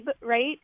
right